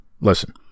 Listen